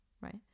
right